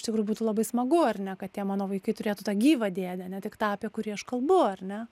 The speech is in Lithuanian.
iš tikrųjų būtų labai smagu ar ne kad tie mano vaikai turėtų tą gyvą dėdę ne tik tą apie kurį aš kalbu ar ne